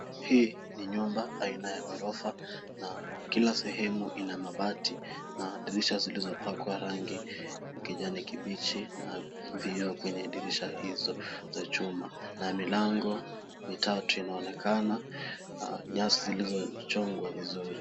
Hii ni nyumba aina ya ghorofa na kila sehemu ina mabati na dirisha zilizo pakwa rangi ya kijani kibichi na vioo kwenye dirisha hizo za chuma, na milango mitatu inaonekana, nyasi zilizo chongwa vizuri.